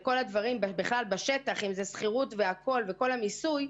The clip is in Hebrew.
ותשלום שכירות, ומיסוי.